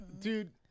dude